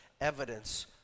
evidence